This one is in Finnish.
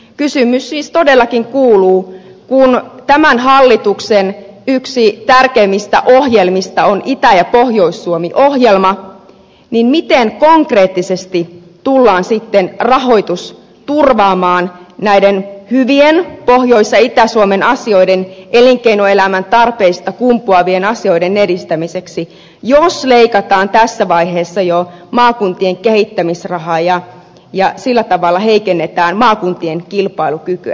kysymys siis todellakin kuuluu kun tämän hallituksen yksi tärkeimmistä ohjelmista on itä ja pohjois suomi ohjelma miten konkreettisesti tullaan rahoitus turvaamaan näiden hyvien pohjois ja itä suomen asioiden elinkeinoelämän tarpeista kumpuavien asioiden edistämiseksi jos leikataan tässä vaiheessa jo maakuntien kehittämisrahaa ja sillä tavalla heikennetään maakuntien kilpailukykyä